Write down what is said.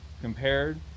Compared